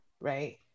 right